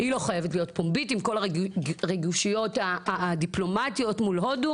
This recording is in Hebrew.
היא לא חייבת להיות פומבית עם כל הרגישויות הדיפלומטיות מול הודו.